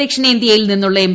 ദക്ഷിണേന്തൃയിൽ നിന്നുളള എം